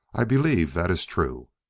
i believe that is true?